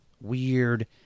weird